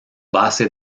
base